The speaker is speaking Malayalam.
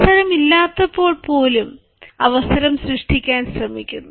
അവസരമില്ലാത്തപ്പോൾ പോലും അവസരം സൃഷ്ടിക്കാൻ ശ്രമിക്കുന്നു